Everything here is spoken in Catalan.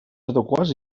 adequats